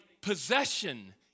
possession